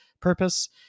purpose